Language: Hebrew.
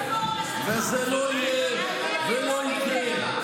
הרפורמה שלך, וזה לא יהיה ולא יקרה.